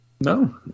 No